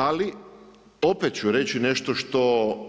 Ali opet ću reći nešto što,